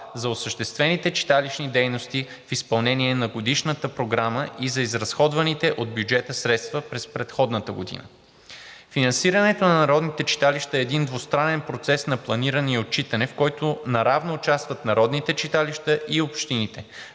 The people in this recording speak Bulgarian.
за осъществените читалищни дейности в изпълнение на годишната програма и за изразходваните от бюджета средства през предходната година. Финансирането на народните читалища е един двустранен процес на планиране и отчитане, в който наравно участват народните читалища и общините.